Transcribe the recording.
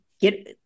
get